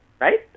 right